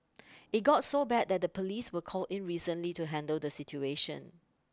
it got so bad that the police were called in recently to handle the situation